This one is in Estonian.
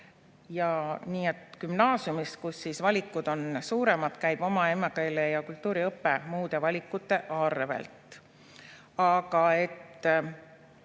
Nii et gümnaasiumis, kus valikud on suuremad, käib oma emakeele ja kultuuri õpe muude valikute arvel. Aga